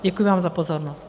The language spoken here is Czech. Děkuji vám za pozornost.